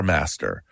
Master